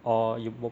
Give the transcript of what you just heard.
or you work